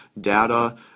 data